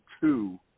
two